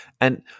And-